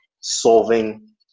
solving